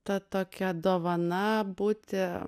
ta tokia dovana būti